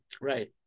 Right